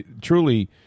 truly